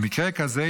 במקרה כזה,